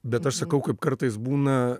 bet aš sakau kaip kartais būna